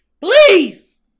Please